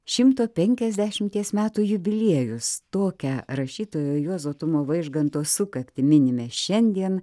šimto penkiasdešimties metų jubiliejus tokią rašytojo juozo tumo vaižganto sukaktį minime šiandien